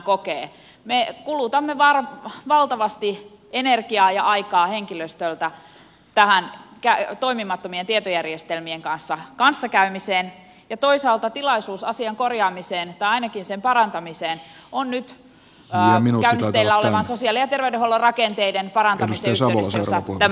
me kulutamme valtavasti henkilöstön energiaa ja aikaa tähän toimimattomien tietojärjestelmien kanssa kanssakäymiseen ja toisaalta tilaisuus asian korjaamiseen tai ainakin sen parantamiseen on nyt käynnisteillä olevan sosiaali ja terveydenhuollon rakenteiden parantamisen yhteydessä jossa tämä pitää korjata